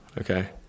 Okay